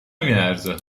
نمیارزه